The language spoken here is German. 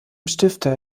stifter